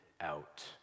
out